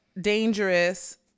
dangerous